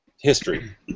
History